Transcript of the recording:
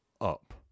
up